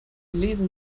lesen